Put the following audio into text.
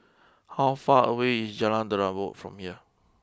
how far away is Jalan Terubok from here